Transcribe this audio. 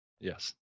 Yes